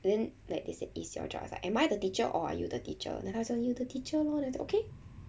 then like they said is your job I was like am I the teacher or are you the teacher then 他说 you're the teacher lor then I said okay